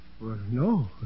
No